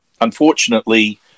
unfortunately